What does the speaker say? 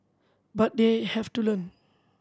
but they have to learn